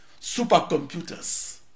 supercomputers